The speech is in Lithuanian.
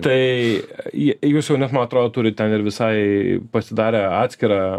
tai į jūs jau net man atrodo turit ten ir visai pasidarę atskirą